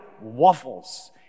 waffles